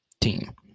team